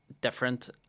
different